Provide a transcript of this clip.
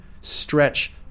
stretch